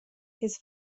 his